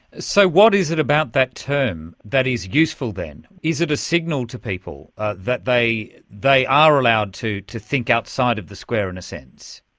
so what is it about that term that is useful then? is it a signal to people that they they are allowed to to think outside of the square, in a sense?